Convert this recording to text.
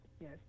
yes